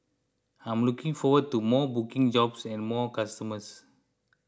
I'm looking forward to more booking jobs and more customers